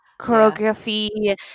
choreography